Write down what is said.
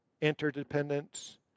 interdependence